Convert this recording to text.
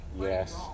Yes